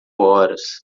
horas